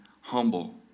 humble